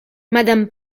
madame